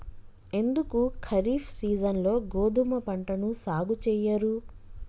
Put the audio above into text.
ఎందుకు ఖరీఫ్ సీజన్లో గోధుమ పంటను సాగు చెయ్యరు?